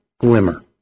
glimmer